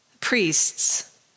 priests